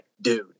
dude